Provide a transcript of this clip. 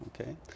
Okay